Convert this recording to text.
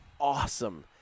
awesome